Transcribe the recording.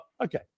Okay